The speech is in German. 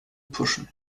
puschen